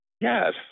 Yes